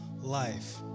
life